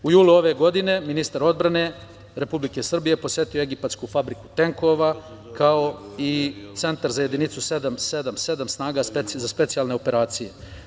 U julu ove godine ministar odbrane Republike Srbije posetio je egipatsku fabriku tenkova, kao i centar za jedinicu 777 snaga za specijalne operacije.